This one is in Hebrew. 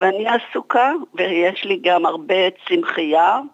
ואני עסוקה ויש לי גם הרבה צמחייה